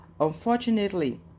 Unfortunately